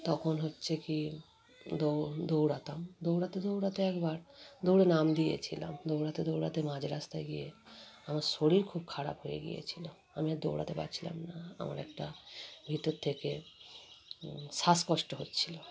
তখন হচ্ছে কি দৌ দৌড়াতাম দৌড়াতে দৌড়াতে একবার দৌড়ে নাম দিয়েছিলাম দৌড়াতে দৌড়াতে মাঝ রাস্তায় গিয়ে আমার শরীর খুব খারাপ হয়ে গিয়েছিল আমি আর দৌড়াতে পারছিলাম না আমার একটা ভিতর থেকে শ্বাসকষ্ট হচ্ছিল